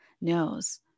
knows